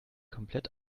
komplett